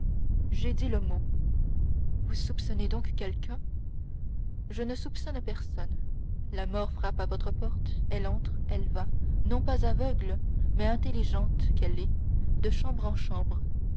j'ai dit le mot vous soupçonnez donc quelqu'un je ne soupçonne personne la mort frappe à votre porte elle entre elle va non pas aveugle mais intelligente qu'elle est de chambre en chambre